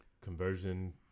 Conversion